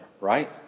right